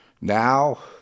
Now